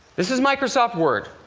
this is microsoft word.